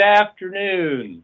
afternoon